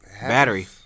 Battery